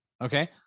Okay